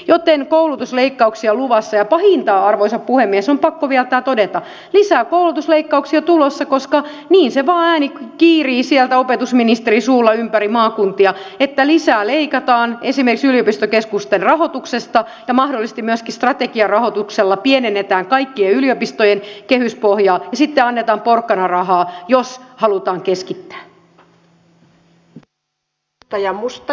joten koulutusleikkauksia on luvassa ja pahinta on arvoisa puhemies on pakko vielä tämä todeta että lisää koulutusleikkauksia on tulossa koska niin se vain ääni kiirii opetusministerin suulla sieltä ympäri maakuntia että lisää leikataan esimerkiksi yliopistokeskusten rahoituksesta ja mahdollisesti myöskin strategiarahoituksella pienennetään kaikkien yliopistojen kehyspohjaa ja sitten annetaan porkkanarahaa jos halutaan keskittää